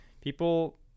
people